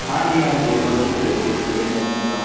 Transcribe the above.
हाँ जी हाँ जी आप बोलते चलिए बोलते चलिए मैं लिख रहा हूँ